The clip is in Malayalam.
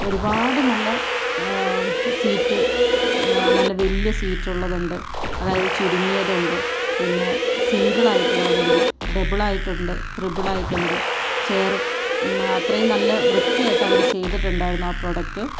ഒരുപാട് നല്ല സീറ്റ് നല്ല വലിയ സീറ്റുള്ളത് ഉണ്ട് അതായത് ചുരുങ്ങിയത് ഉണ്ട് പിന്നെ സിംഗിളായിട്ടുള്ളത് ഉണ്ട് ഡബിളായിട്ടുണ്ട് ത്രിബിളായിട്ടുണ്ട് ചെയർ അത്രയും നല്ല വൃത്തിയായിട്ട് അവർ ചെയ്തിട്ടുണ്ടായിരുന്നു ആ പ്രൊഡക്ട്